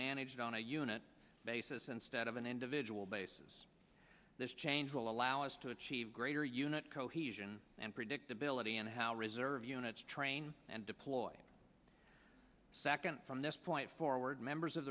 managed on a unit basis instead of an individual basis this change will allow us to achieve greater unit cohesion and predictability in how reserve units train and deploy second from this point forward members of